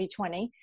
2020